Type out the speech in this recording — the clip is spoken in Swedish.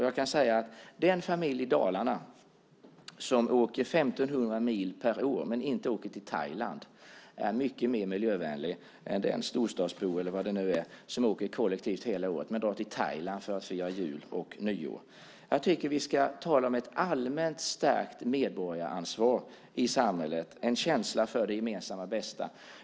Jag kan säga att den familj i Dalarna som åker 1 500 mil per år men inte åker till Thailand är mycket mer miljövänlig än den storstadsbo, eller vem det nu är, som åker kollektivt hela året men åker till Thailand för att fira jul och nyår. Jag tycker att vi ska tala om ett allmänt stärkt medborgaransvar i samhället, en känsla för det gemensammas bästa.